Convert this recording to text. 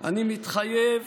אני מתחייב